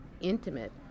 intimate